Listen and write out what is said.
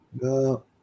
No